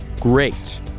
Great